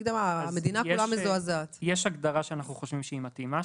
יש הגדרה מחוק אחר שאנחנו חושבים שהיא מתאימה,